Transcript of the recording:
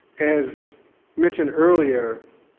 as mentioned earlier,